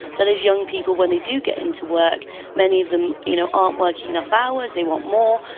so those young people when they do get into work many of them you know aren't working enough hours, they want more,